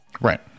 right